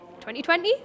2020